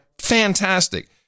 fantastic